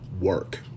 work